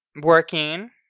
working